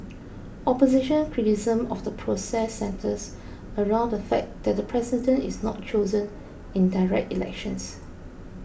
opposition criticism of the process centres around the fact that the president is not chosen in direct elections